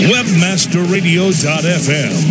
Webmasterradio.fm